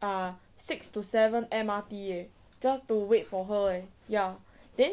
ah six to seven M_R_T eh just to wait for her eh ya then